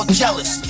jealous